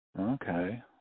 Okay